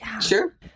Sure